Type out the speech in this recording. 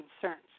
concerns